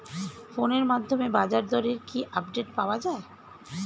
ফোনের মাধ্যমে বাজারদরের কি আপডেট পাওয়া যায়?